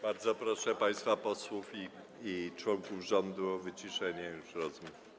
Bardzo proszę państwa posłów i członków rządu o wyciszenie rozmów.